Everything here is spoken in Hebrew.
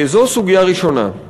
זו סוגיה ראשונה.